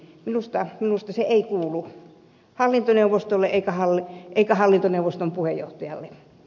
minusta se ei kuulu hallintoneuvostolle eikä hallintoneuvoston puheenjohtajalle